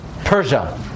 Persia